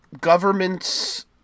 governments